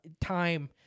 time